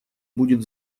будет